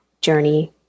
journey